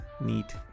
neat